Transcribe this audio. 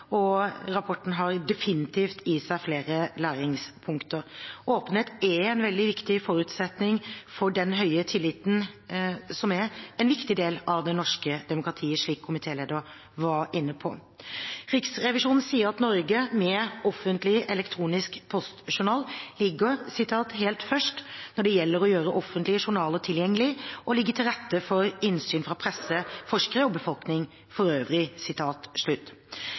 og rapporten har definitivt i seg flere læringspunkter. Åpenhet er en veldig viktig forutsetning for den høye tilliten som er en viktig del av det norske demokratiet, slik komitélederen var inne på. Riksrevisjonen sier at Norge – med Offentlig elektronisk postjournal – ligger «helt først når det gjelder å gjøre offentlige journaler tilgjengelige og legge til rette for innsyn fra presse, forskere og befolkningen for øvrig».